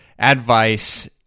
advice